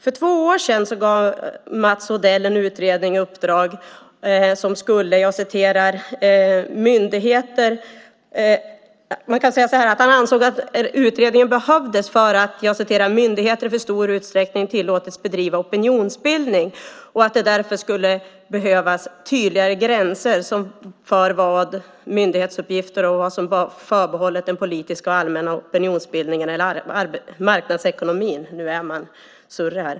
För två år sedan ansåg Mats Odell att en utredning behövdes därför att myndigheter "i för stor utsträckning tillåtits bedriva opinionsbildning" och att det därför skulle behövas "tydligare gränser för vad som bör vara myndighetsuppgifter och vad som bör vara förbehållet den politiska och allmänna opinionsbildningen eller marknadsekonomin".